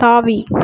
தாவி